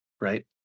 right